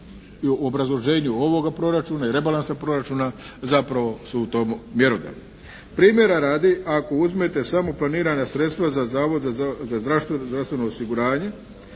u obrazloženju ovoga Proračuna i rebalansa proračuna zapravo su u tom mjerodavni. Primjera radi ako uzmete samo planirana sredstva za Zavod za zdravstveno osiguranje